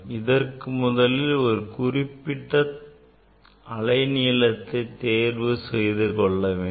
இதற்கு முதலில் நாம் ஒரு குறிப்பிட்ட அலை நீளத்தை தேர்வு செய்துகொள்ள வேண்டும்